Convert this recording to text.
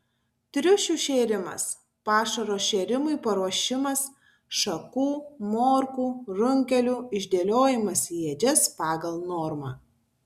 triušių šėrimas pašaro šėrimui paruošimas šakų morkų runkelių išdėliojimas į ėdžias pagal normą